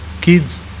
kids